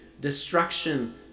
destruction